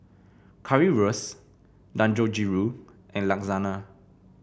Currywurst Dangojiru and Lasagna